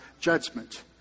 judgment